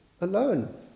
alone